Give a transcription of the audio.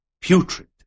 putrid